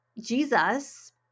Jesus